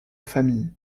famille